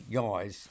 guys